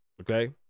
okay